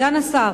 סגן השר,